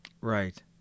Right